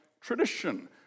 tradition